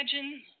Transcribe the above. imagine